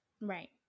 Right